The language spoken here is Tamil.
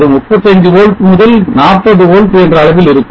அது 35 volts முதல் 40 volts என்ற அளவில் இருக்கும்